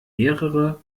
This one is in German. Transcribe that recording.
mehrere